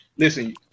Listen